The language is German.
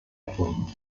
erfunden